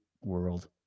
world